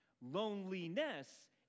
Loneliness